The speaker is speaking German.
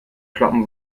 kloppen